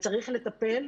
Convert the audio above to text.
וצריך לטפל,